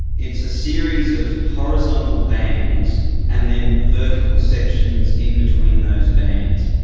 it's a series of horizontal bands and then vertical sections in between those bands,